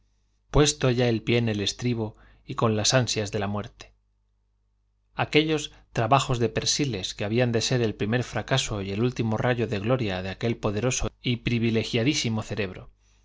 puesto ya el pie en el estribo y con las ansias de la muerte aquellos trabajos d persiles que habían de ser el primer fracaso y el último rayo de gloria de aquel poderoso y pr ivilegiadísimo cerebro